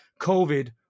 COVID